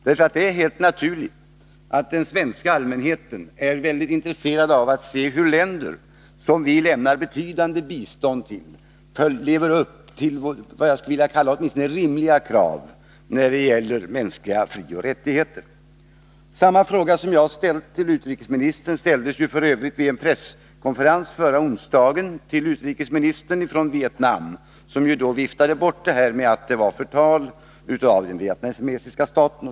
Det är helt naturligt att den svenska allmänheten är mycket intresserad av att se hur länder som vi lämnar betydande bistånd till lever upp till vad jag skulle vilja kalla åtminstone rimliga krav när det gäller mänskliga frioch rättigheter. Samma fråga som jag har ställt till utrikesministern ställdes ju f. ö. vid en presskonferens förra onsdagen till den vietnamesiske utrikesministern, som då viftade bort frågan med att bl.a. säga att det var förtal av den vietnamesiska staten.